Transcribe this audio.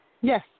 Yes